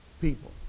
people